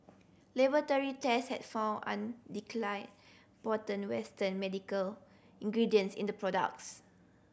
laboratory test had found undeclared potent western medical ingredients in the products